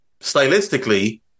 stylistically